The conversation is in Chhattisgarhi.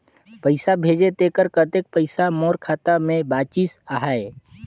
पइसा भेजे तेकर कतेक पइसा मोर खाता मे बाचिस आहाय?